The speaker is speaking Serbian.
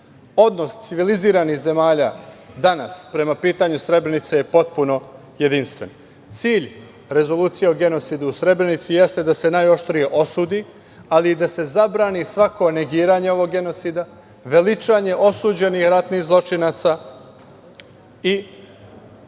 civilizovanih zemalja danas prema pitanju Srebrenice je potpuno jedinstven. Cilj rezolucije o genocidu u Srebrenici jeste da se najoštrije osudi, ali i da se zabrani svako negiranje ovog genocida, veličanje osuđenih ratnih zločinaca i